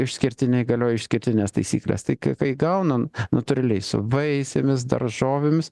išskirtiniai galioja išskirtinės taisyklės tik k kai gaunam natūraliais vaisėmis daržovėmis